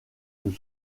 nous